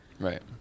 right